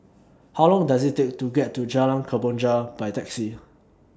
How Long Does IT Take to get to Jalan Kemboja By Taxi